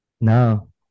No